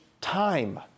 time